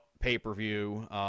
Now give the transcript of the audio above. pay-per-view